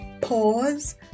pause